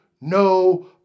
no